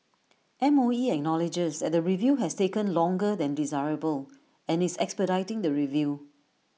M O E acknowledges that the review has taken longer than desirable and is expediting the review